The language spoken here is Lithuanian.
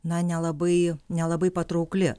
na nelabai nelabai patraukli